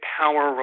power